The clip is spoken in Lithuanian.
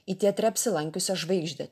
į teatre apsilankiusią žvaigždę